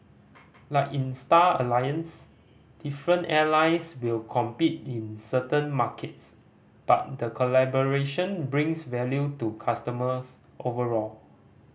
like in Star Alliance different airlines will compete in certain markets but the collaboration brings value to customers overall